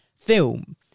film